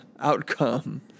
Outcome